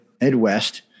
Midwest